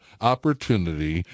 opportunity